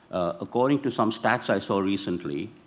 according to some stats i saw recently,